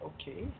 Okay